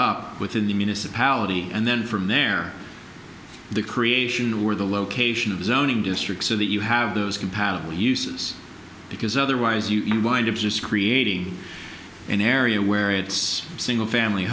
up within the municipality and then from there the creation or the location of zoning districts so that you have those compatible uses because otherwise you can wind up just creating an area where it's single family